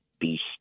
beast